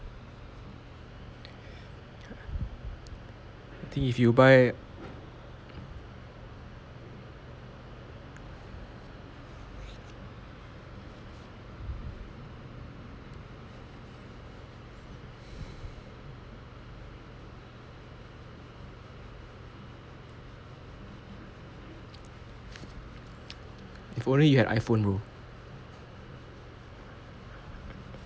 I think if you buy if only you have an iPhone bro